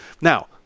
Now